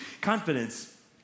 confidence